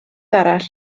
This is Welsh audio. arall